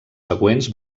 següents